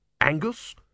angus